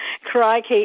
Crikey